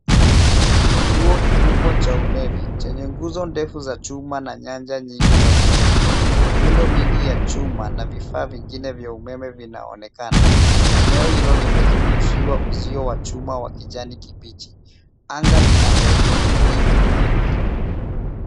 Kituo kikubwa cha umeme chenye nguzo ndefu za chuma na nyanja nyingi za umeme. Miundo mingi ya chuma na vifaa vingine vya umeme vinaonekana. Eneo hilo limezungusiiwa uzio wa chuma wa kijani kibichi. Anga lina mawingu meupe.